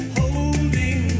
holding